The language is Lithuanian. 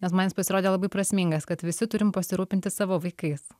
nes man jis pasirodė labai prasmingas kad visi turim pasirūpinti savo vaikais